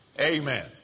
Amen